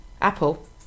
Apple